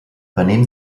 venim